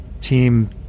Team